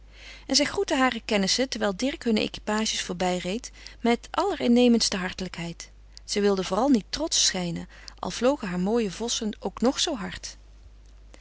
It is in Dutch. en zij groette hare kennissen terwijl dirk hunne equipages voorbijreed met allerinnemendste hartelijkheid zij wilde vooral niet trotsch schijnen al vlogen hare mooie vossen ook nog zoo hard